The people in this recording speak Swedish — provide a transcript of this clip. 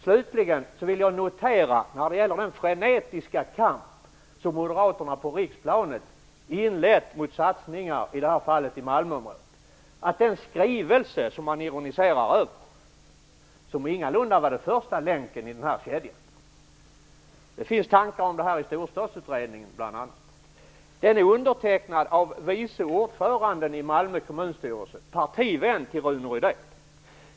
Slutligen noterar jag, när det gäller den frenetiska kamp som Moderaterna på riksplanet inlett mot satsningar i Malmöområdet, att den skrivelse som man ironiserar över och som ingalunda var den första länken i kedjan - det finns tankar om detta i bl.a. Storstadsutredningen - är undertecknad av vice ordföranden i Malmö kommunstyrelse, partivän till Rune Rydén.